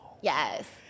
Yes